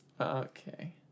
okay